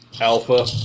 alpha